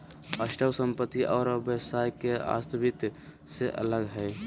stock संपत्ति और व्यवसाय के अस्तित्व से अलग हइ